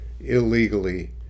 illegally